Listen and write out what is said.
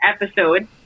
episode